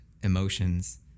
emotions